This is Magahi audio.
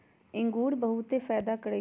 इंगूर बहुते फायदा करै छइ